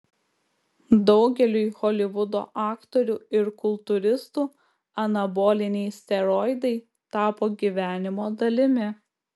daugeliui holivudo aktorių ir kultūristų anaboliniai steroidai tapo gyvenimo dalimi